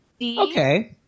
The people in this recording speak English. Okay